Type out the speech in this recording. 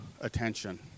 attention